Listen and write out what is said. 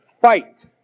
fight